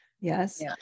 yes